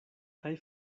kaj